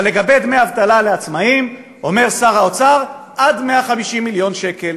אבל לגבי דמי אבטלה לעצמאים אומר שר האוצר: עד 150 מיליון שקל.